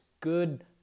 good